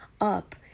up